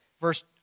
verse